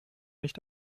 nicht